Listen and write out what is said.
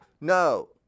No